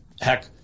heck